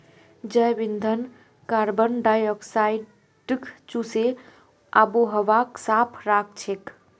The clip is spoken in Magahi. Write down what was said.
जैव ईंधन कार्बन डाई ऑक्साइडक चूसे आबोहवाक साफ राखछेक